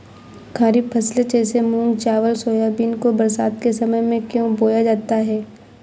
खरीफ फसले जैसे मूंग चावल सोयाबीन को बरसात के समय में क्यो बोया जाता है?